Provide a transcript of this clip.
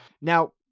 Now